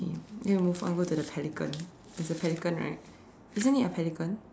move on go to the pelican there's a pelican right isn't it a pelican